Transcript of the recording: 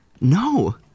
No